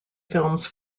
films